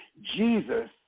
Jesus